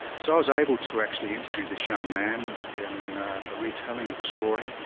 so i was able to actually interview this young man in a retelling of the story.